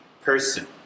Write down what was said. person